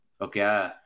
Okay